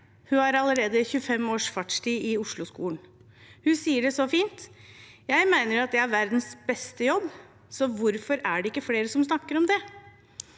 Hun har allerede 25 års fartstid i Osloskolen. Hun sier det så fint: Jeg mener jo at jeg har verdens beste jobb, så hvorfor er det ikke flere som snakker om det?